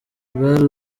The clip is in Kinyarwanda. rwari